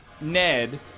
Ned